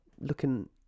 looking